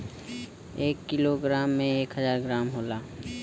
एक kilogram में एक हजार ग्राम होला